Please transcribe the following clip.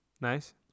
Nice